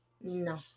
No